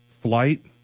flight